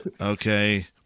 Okay